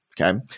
Okay